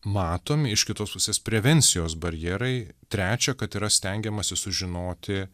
matomi iš kitos pusės prevencijos barjerai trečia kad yra stengiamasi sužinoti